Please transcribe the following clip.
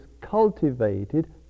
cultivated